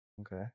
Okay